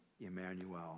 Emmanuel